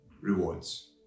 rewards